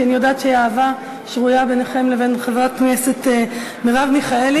כי אני יודעת שאהבה שרויה ביניכם לבין חברת הכנסת מרב מיכאלי.